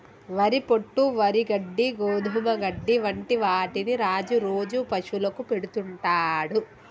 వరి పొట్టు, వరి గడ్డి, గోధుమ గడ్డి వంటి వాటిని రాజు రోజు పశువులకు పెడుతుంటాడు